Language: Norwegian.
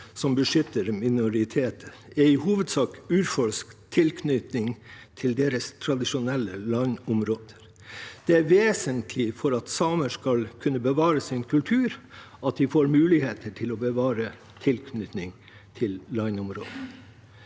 som beskytter minoriteter, er i hovedsak urfolks tilknytning til deres tradisjonelle landområder. Det er vesentlig for at samer skal kunne bevare sin kultur at de får mulighet til å bevare tilknytning til landområder.